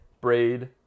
Braid